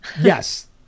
Yes